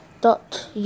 dot